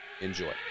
Enjoy